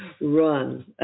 run